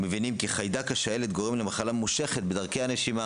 אנחנו מבינים שחיידק השעלת גורם למחלה ממושכת בדרכי הנשימה